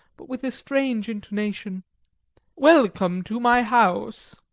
but with a strange intonation welcome to my house!